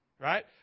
right